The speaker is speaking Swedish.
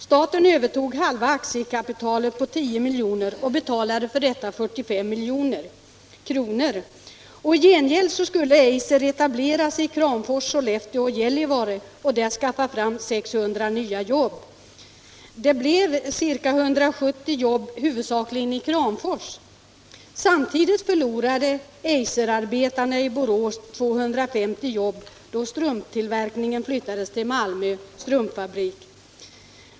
Staten övertog halva aktiekapitalet på 10 mil Åtgärder för textiljoner och betalade för detta 45 milj.kr. I gengäld skulle Eiser etablera sig i Kramfors, Sollefteå och Gällivare och där skaffa fram 600 nya jobb. Det blev ca 170 jobb, huvudsakligen i Kramfors. Samtidigt förlorade Eiserarbetarna i Borås 250 jobb, då strumptillverkningen flyttades till Malmö strumpfabrik.